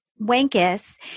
Wankus